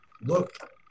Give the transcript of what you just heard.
look